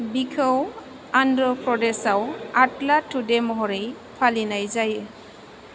बिखौ आन्ध्रा प्रदेशाव आतला तड्डे महरै फालिनाय जायो